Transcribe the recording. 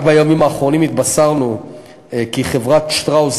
רק בימים האחרונים התבשרנו כי חברת "שטראוס"